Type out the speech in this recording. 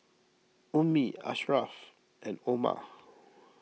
Ummi Asharaff and Omar